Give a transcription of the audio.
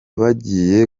bagiye